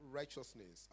righteousness